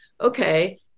Okay